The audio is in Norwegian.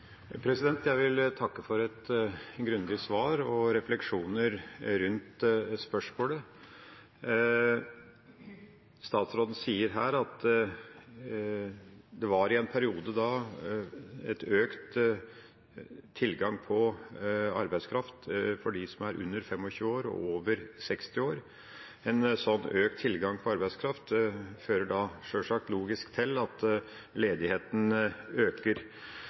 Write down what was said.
Jeg vil takke for et grundig svar og for refleksjoner rundt spørsmålet. Statsråden sier at det i en periode var økt tilgang på arbeidskraft for dem som var under 25 år, og dem som var over 60 år. En sånn økt tilgang på arbeidskraft fører sjølsagt og logisk til at ledigheten øker.